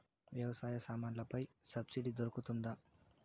వ్యవసాయ సామాన్లలో పై సబ్సిడి దొరుకుతుందా?